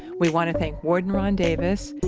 we wanna thank warden ron davis,